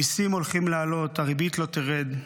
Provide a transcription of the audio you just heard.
המיסים הולכים לעלות, הריבית לא תרד.